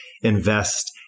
invest